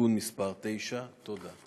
(תיקון מס' 9). תודה.